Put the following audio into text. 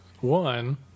One